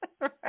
Right